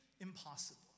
impossible